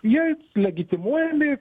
jie legitimuojami